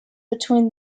between